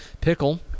Pickle